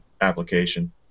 application